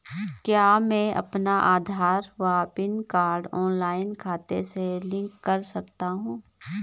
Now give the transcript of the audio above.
क्या मैं अपना आधार व पैन कार्ड ऑनलाइन खाते से लिंक कर सकता हूँ?